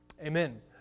Amen